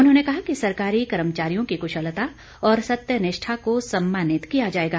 उन्होंने कहा कि सरकारी कर्मचारियों की कुशलता और सत्य निष्ठा को सम्मानित किया जाएगा